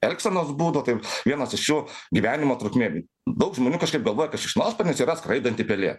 elgsenos būdų tai vienas iš jų gyvenimo trukmė daug žmonių kažkaip galvoja kad šikšnosparnis yra skraidanti pelė